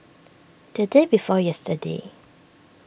the day before yesterday